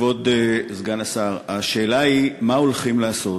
כבוד סגן השר, השאלה היא מה הולכים לעשות.